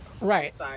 Right